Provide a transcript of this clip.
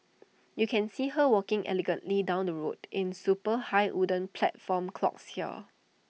you can see her walking elegantly down the street in super high wooden platform clogs here